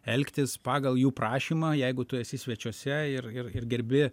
elgtis pagal jų prašymą jeigu tu esi svečiuose ir ir ir gerbi